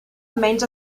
menys